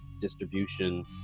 distribution